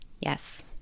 Yes